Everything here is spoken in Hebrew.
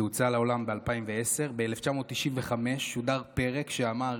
זה הוצא לעולם ב-2010, ב-1995 שודר פרק שאמר